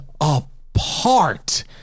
apart